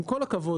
עם כל הכבוד,